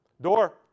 Door